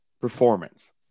performance